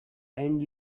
and